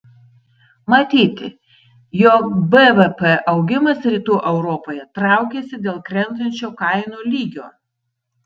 matyti jog bvp augimas rytų europoje traukiasi dėl krentančio kainų lygio